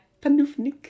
Panufnik